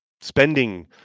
spending